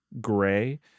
gray